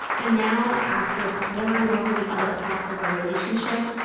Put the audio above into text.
and now, after pouring over the artifacts of our relationship,